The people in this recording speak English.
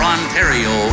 Ontario